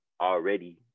already